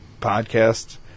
podcast